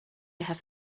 have